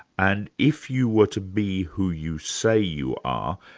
and if you were to be who you say you are,